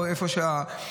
או איפה שהאכיפה,